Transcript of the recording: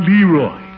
Leroy